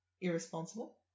irresponsible